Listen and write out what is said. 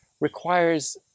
requires